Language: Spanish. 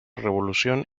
revolución